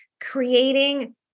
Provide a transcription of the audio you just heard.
creating